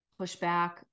pushback